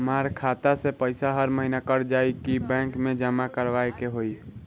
हमार खाता से पैसा हर महीना कट जायी की बैंक मे जमा करवाए के होई?